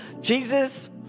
Jesus